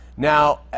Now